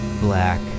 black